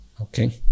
Okay